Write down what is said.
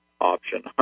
option